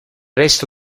resto